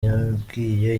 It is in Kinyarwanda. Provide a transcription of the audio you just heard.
yabwiye